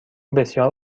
بسیار